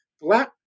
Black